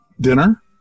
dinner